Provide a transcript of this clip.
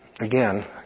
again